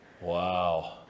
wow